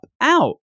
out